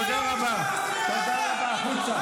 תרד מהדוכן.